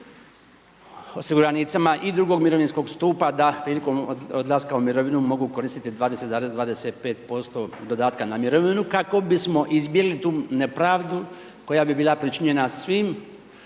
osiguranicima i drugog mirovinskog stupa da prilikom odlaska u mirovinu mogu koristiti 20,25% dodatka na mirovinu, kako bismo izbili tu nepravdu koja bi bila pričinjena svim